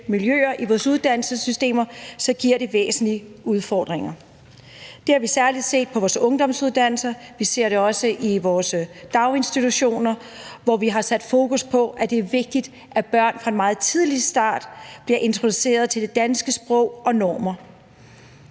miljøer – i vores uddannelsessystemer, så giver det væsentlige udfordringer. Det har vi særlig set på vores ungdomsuddannelser, vi ser det også i vores daginstitutioner, hvor vi har sat fokus på, at det er vigtigt, at børn meget tidligt starter med at blive introduceret til det danske sprog og danske